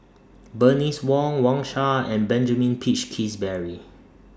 Bernice Wong Wang Sha and Benjamin Peach Keasberry